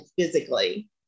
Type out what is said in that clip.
physically